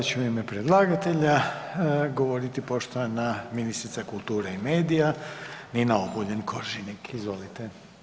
A sada će u ime predlagatelja govoriti poštovana ministrica kulture i medija Nina Obuljen Koržinek, izvolite.